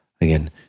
Again